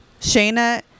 Shayna